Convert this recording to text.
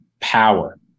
power